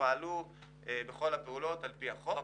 ועשו את כל הפעולות על פי החוק.